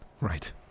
Right